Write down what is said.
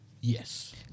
Yes